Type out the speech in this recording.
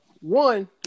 One